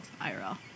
IRL